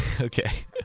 Okay